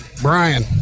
brian